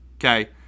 Okay